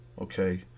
Okay